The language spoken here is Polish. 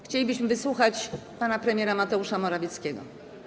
Chcielibyśmy wysłuchać pana premiera Mateusza Morawieckiego.